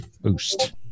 Boost